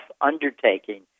undertaking